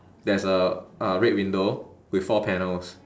there's a a red window with four panels